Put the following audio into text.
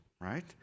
right